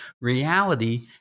Reality